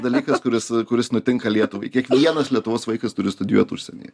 dalykas kuris kuris nutinka lietuvai kiekvienas lietuvos vaikas turi studijuot užsienyje